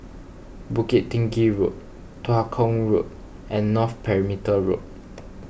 Bukit Tinggi Road Tua Kong Road and North Perimeter Road